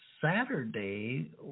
Saturday